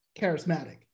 charismatic